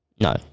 no